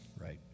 right